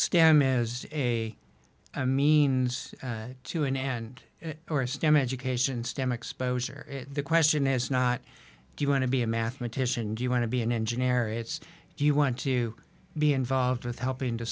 stem as a means to an end or stem education stem exposure is the question is not do you want to be a mathematician do you want to be an engineer it's do you want to be involved with helping to